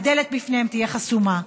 הדלת בפניהם תהיה חסומה.